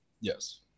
Yes